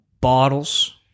bottles